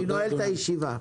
אני נועל את הישיבה.